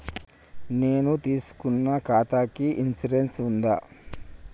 నేను తీసుకున్న ఖాతాకి ఇన్సూరెన్స్ ఉందా?